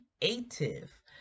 creative